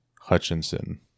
Hutchinson